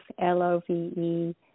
L-O-V-E